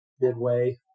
midway